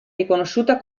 riconosciuta